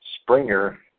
Springer